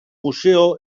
museo